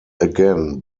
again